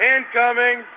Incoming